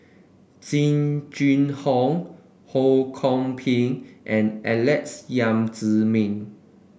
Jing Jun Hong Ho Kwon Ping and Alex Yam Ziming